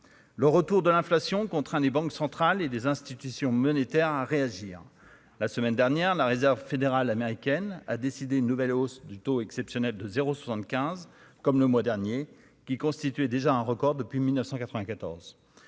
Le retour de l'inflation contraint des banques centrales et des institutions monétaires à réagir la semaine dernière, la Réserve fédérale américaine a décidé une nouvelle hausse du taux exceptionnel de 0 75 comme le mois dernier, qui constituait déjà un record depuis 1994